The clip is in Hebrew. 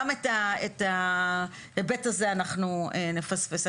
גם את ההיבט הזה אנחנו נפספס.